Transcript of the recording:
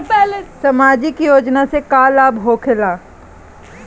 समाजिक योजना से का लाभ होखेला?